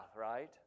right